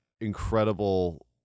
incredible